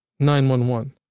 911